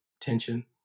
tension